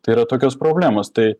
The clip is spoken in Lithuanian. tai yra tokios problemos tai